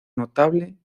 notable